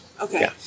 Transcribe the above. Okay